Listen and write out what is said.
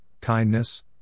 kindness